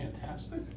fantastic